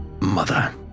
mother